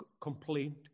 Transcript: complaint